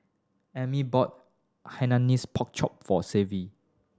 Emit bought Hainanese Pork Chop for Savi